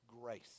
grace